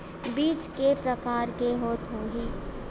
बीज के प्रकार के होत होही?